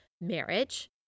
marriage